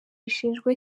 bishinjwa